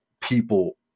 people